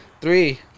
three